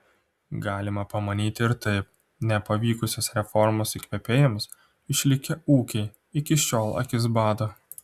galima pamanyti ir taip nepavykusios reformos įkvėpėjams išlikę ūkiai iki šiol akis bado